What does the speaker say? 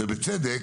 ובצדק